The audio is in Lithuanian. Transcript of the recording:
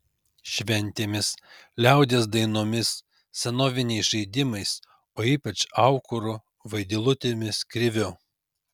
šventėmis liaudies dainomis senoviniais žaidimais o ypač aukuru vaidilutėmis kriviu